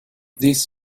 this